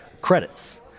credits